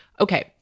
Okay